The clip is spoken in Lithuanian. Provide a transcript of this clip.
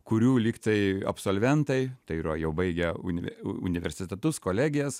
kurių lyg tai absolventai tai yra jau baigę universitetus kolegijas